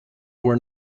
were